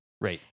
right